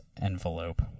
envelope